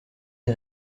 des